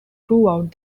throughout